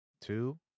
two